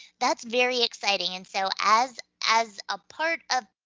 that's very exciting. and so as as a part of.